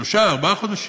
שלושה, ארבעה חודשים?